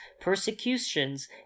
persecutions